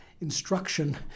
instruction